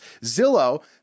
Zillow